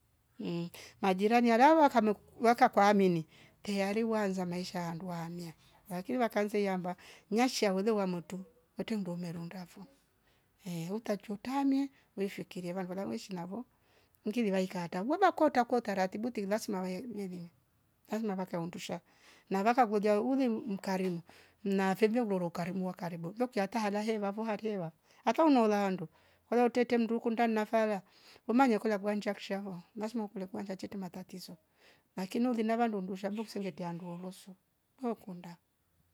Mhh majirani ara wakameku wakakwamini tayari waanza maisha andwa ahamia lakini wakanze iyamba nshia ule wamotu ute ndo umerunda vo hee utachutamia wefikiria vangu la weshi navo ngiri waika weva kota kwa utaritibu tili lasima we mneli lazima vaka hundusha na vaka kolia ulim mkarimu na fyeve vola ukarimu wa karibu lokia hata hala heva fo halewa hata noulandu korwa utete mndu kundani nafala womanya kolia kuvan kashavo lazima kule kwanjacheti matitzo lakini ulinava ndundusha lukle singetia ndo ulusu weokunda